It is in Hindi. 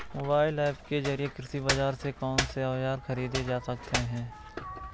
मोबाइल ऐप के जरिए कृषि बाजार से कौन से औजार ख़रीदे जा सकते हैं?